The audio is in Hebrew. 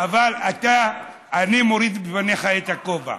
אני מוריד בפניך את הכובע.